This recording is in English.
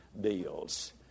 deals